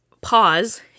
pause